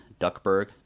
Duckburg